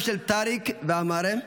בנם של טאריק ואמרה,